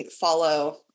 follow